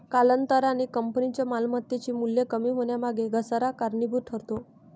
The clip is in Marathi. कालांतराने कंपनीच्या मालमत्तेचे मूल्य कमी होण्यामागे घसारा कारणीभूत ठरतो